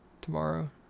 tomorrow